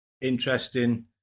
interesting